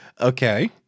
Okay